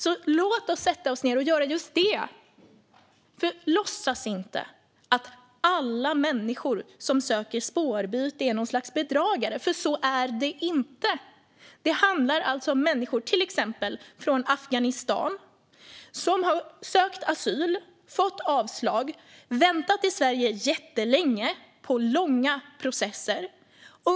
Låt oss alltså sätta oss ned och göra just det! Låtsas inte att alla människor som söker spårbyte är något slags bedragare, för så är det inte. Det handlar om människor från till exempel Afghanistan som har sökt asyl, fått avslag och väntat jättelänge i Sverige på grund av långa processer.